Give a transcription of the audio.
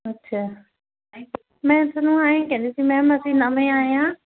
ਅੱਛਾ ਮੈਂ ਤੁਹਾਨੂੰ ਐਂ ਕਹਿੰਦੀ ਸੀ ਮੈਮ ਅਸੀਂ ਨਵੇਂ ਆਏ ਹਾਂ